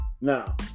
Now